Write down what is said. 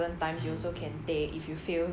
mmhmm